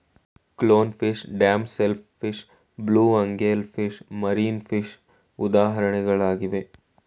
clown fish, damsel fish, blue angel fish, marine ಫಿಷಗಳು ಉದಾಹರಣೆಗಳಾಗಿವೆ